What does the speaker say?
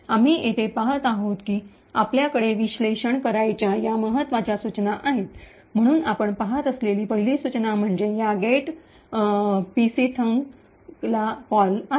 आम्ही येथे पाहत आहोत की आपल्याकडे विश्लेषण करावयाच्या या महत्वाच्या सूचना आहेत म्हणून आपण पहात असलेली पहिली सूचना म्हणजे या get PC thunk get pc thunk ला कॉल आहे